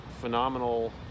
phenomenal